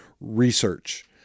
research